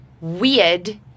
weird